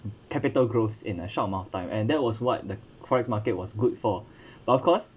capital growth in a short amount of time and that was what the forex market was good for but of course